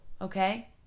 okay